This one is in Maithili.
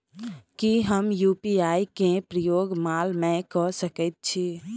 की हम यु.पी.आई केँ प्रयोग माल मै कऽ सकैत छी?